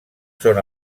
són